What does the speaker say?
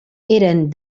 eren